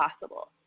possible